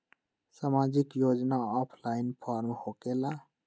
समाजिक योजना offline form होकेला?